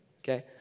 Okay